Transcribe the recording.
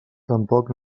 tampoc